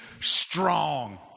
strong